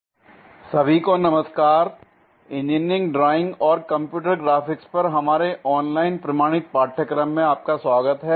orthographic projection I part 9 सभी को नमस्कार l इंजीनियरिंग ड्राइंग और कंप्यूटर ग्राफिक्स पर हमारे ऑनलाइन प्रमाणित पाठ्यक्रम में आपका स्वागत है